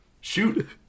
shoot